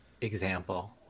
example